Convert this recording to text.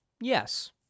Yes